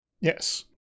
Yes